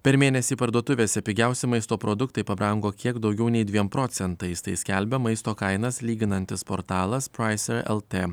per mėnesį parduotuvėse pigiausi maisto produktai pabrango kiek daugiau nei dviem procentais tai skelbia maisto kainas lyginantis portalas praiser lt